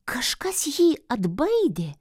kažkas jį atbaidė